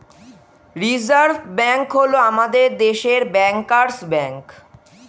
reserve bank হল আমাদের দেশের ব্যাঙ্কার্স ব্যাঙ্ক